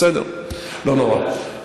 בסדר, לא נורא.